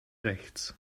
rechts